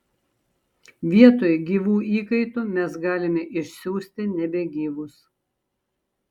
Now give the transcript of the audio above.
vietoj gyvų įkaitų mes galime išsiųsti nebegyvus